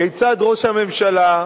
כיצד ראש הממשלה,